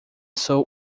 sou